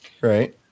right